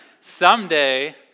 Someday